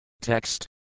Text